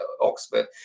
Oxford